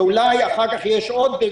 ואולי אחר כך יש עוד,